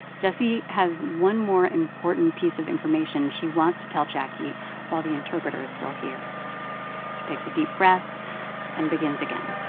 jessie has one more important piece of information she wants to tell jacquie while the interpreter is still here she takes a deep breath and begins again.